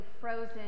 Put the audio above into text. frozen